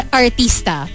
artista